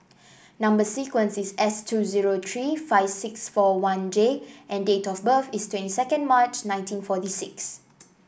number sequence is S two zero three five six four one J and date of birth is twenty second March nineteen forty six